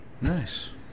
Nice